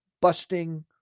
busting